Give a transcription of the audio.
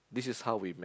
this is how we met